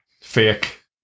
fake